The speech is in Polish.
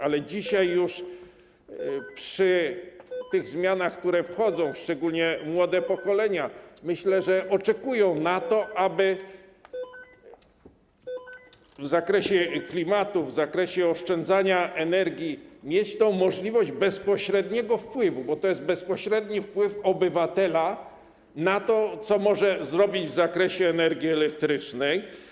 Ale dzisiaj już przy tych zmianach, które wchodzą, szczególnie młode pokolenia, myślę, że oczekują na to, aby w zakresie klimatu, w zakresie oszczędzania energii mieć tę możliwość bezpośredniego wpływu, bo to jest bezpośredni wpływ obywatela na to, co może zrobić w zakresie energii elektrycznej.